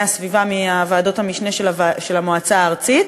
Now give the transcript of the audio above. הסביבה מוועדות המשנה של המועצה הארצית,